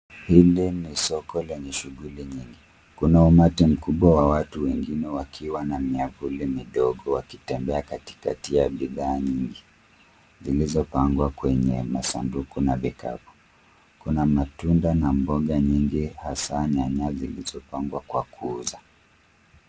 Hili ni soko lenye shughuli nyingi. Kuna umati mkubwa wa watu wengine wakiwa na miavuli midogo wakitembea katikati ya bidhaa nyingi, zilizopangwa kwenye masanduku na vikapu. Kuna matunda na mboga nyingi hasaa nyanya zilizopangwa kwa kuuza.